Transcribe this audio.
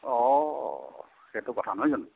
অঁ সেইটো কথা নহয় জানো